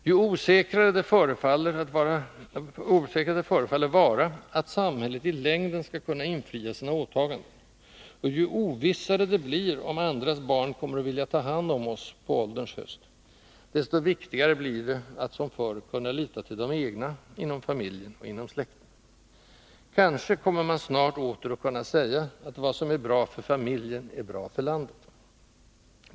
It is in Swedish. Ju osäkrare det förefaller vara att ”samhället” i längden skall kunna infria sina åtaganden, och ju ovissare det blir om andras barn kommer att vilja ta hand om oss på ålderns höst, desto viktigare blir det att — som förr — kunna lita till de egna, inom familjen, inom släkten. Kanske kommer man snart åter att kunna säga att vad som är bra för familjen är bra för landet.